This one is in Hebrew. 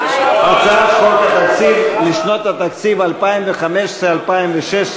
הצעת חוק התקציב לשנות התקציב 2015 ו-2016,